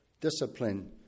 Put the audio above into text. discipline